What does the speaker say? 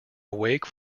awake